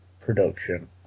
production